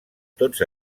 tots